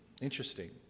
Interesting